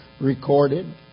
recorded